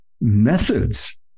methods